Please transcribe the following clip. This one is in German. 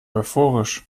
euphorisch